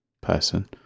person